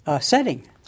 setting